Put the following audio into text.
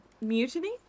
mutiny